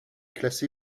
classé